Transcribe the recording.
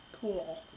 Cool